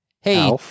Hey